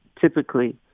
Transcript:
typically